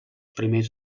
primers